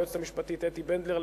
ליועצת המשפטית אתי בנדלר,